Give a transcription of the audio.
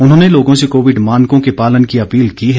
उन्होंने लोगों से कोविड मानकों के पालन की अपील की है